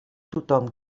tothom